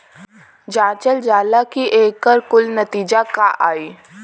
जांचल जाला कि एकर कुल नतीजा का आई